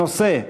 הנושא: